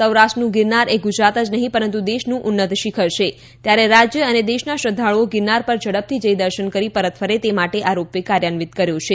સૌરાષ્ટ્રનું ગિરનાર એ ગુજરાત જ નહી પરંતુ દેશનું ઉન્નત શિખર છે ત્યારે રાજ્ય અને દેશના શ્રદ્ધાળુઓ ગિરનાર પર ઝડપથી જઇ દર્શન કરી પરત ફરે તે માટે આ રોપ વે કાર્યાન્વિત કર્યો છે